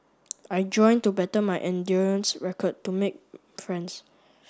I joined to better my endurance record to make friends